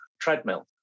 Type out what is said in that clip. treadmill